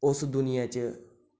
उस दुनिया च